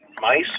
mice